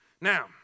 Now